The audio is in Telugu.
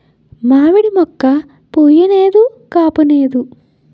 మావిడి మోక్క పుయ్ నేదు కాపూనేదు